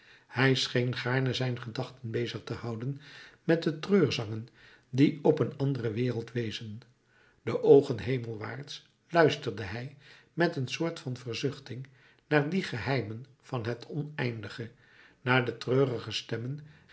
hij scheen gaarne zijn gedachten bezig te houden met de treurgezangen die op een andere wereld wezen de oogen hemelwaarts luisterde hij met een soort van verzuchting naar die geheimen van het oneindige naar de treurige stemmen